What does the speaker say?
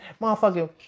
motherfucking